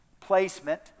placement